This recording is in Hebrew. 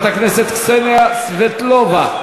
אני מוותרת, אדוני, לטובת אחרים.